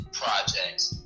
projects